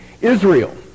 Israel